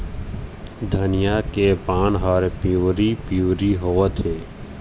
धनिया के पान हर पिवरी पीवरी होवथे?